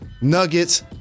Nuggets